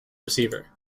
receiver